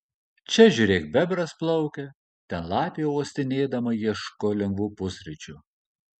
čia žiūrėk bebras plaukia ten lapė uostinėdama ieško lengvų pusryčių